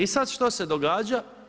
I sad što se događa?